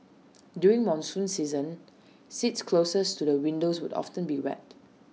during monsoon season seats closest to the windows would often be wet